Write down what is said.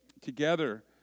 together